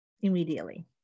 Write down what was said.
immediately